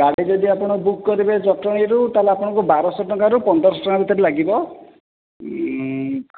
ଗାଡି ଯଦି ଆପଣ ବୁକ୍ କରିବେ ଜଟଣୀରୁ ତାହେଲେ ଆପଣଙ୍କୁ ବାରଶହ ରୁ ପନ୍ଦରଶ ଟଙ୍କା ଭିତରେ ଲାଗିବ